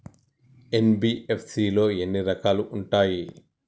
NBFC లో ఎన్ని రకాలు ఉంటాయి?